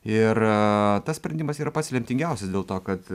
ir tas sprendimas yra pats lemtingiausias dėl to kad